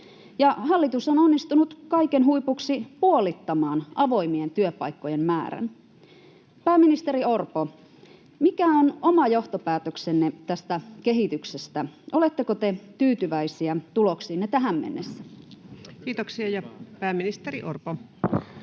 hallitus on onnistunut kaiken huipuksi puolittamaan avoimien työpaikkojen määrän. Pääministeri Orpo, mikä on oma johtopäätöksenne tästä kehityksestä? Oletteko te tyytyväisiä tuloksiinne tähän mennessä? Kiitoksia. — Pääministeri Orpo.